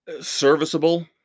serviceable